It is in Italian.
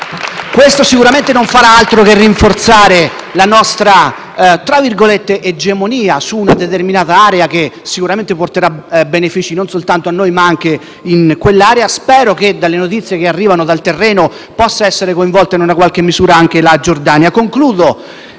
Questo sicuramente non farà altro che rinforzare la nostra «egemonia» su una determinata area, che sicuramente porterà benefici non soltanto a noi, ma anche in quei territori. Spero, dalle notizie che arrivano dal terreno, che possa essere coinvolta in qualche misura anche la Giordania. Vedo